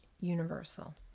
universal